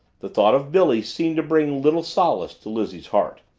the thought of billy seemed to bring little solace to lizzie's heart.